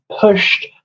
pushed